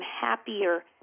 happier